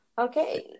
Okay